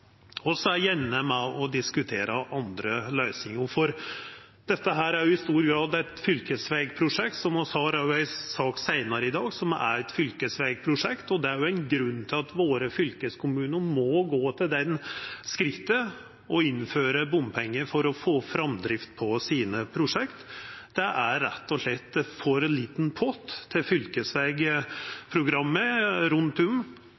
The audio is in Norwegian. er gjerne med og diskuterer andre løysingar, for dette er i stor grad eit fylkesvegprosjekt – vi har òg ei sak seinare i dag som er eit fylkesvegprosjekt – og det er ein grunn til at våre fylkeskommunar må gå til det skrittet å innføra bompengar for å få framdrift på sine prosjekt. Det er rett og slett for liten pott til fylkesvegprogramma rundt om